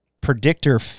predictor